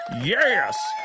Yes